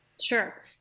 Sure